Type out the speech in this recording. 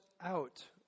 out